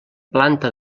planta